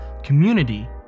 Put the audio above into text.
community